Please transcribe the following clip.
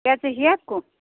क्या चाहिए आपको